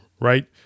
right